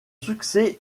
succès